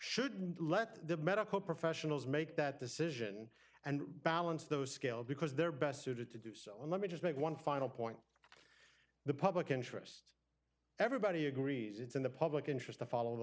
shouldn't let the medical professionals make that decision and balance those scale because they're best suited to do so and let me just make one final point the public interest everybody agrees it's in the public interest to follow the